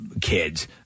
kids